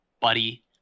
Buddy